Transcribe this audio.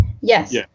Yes